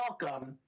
welcome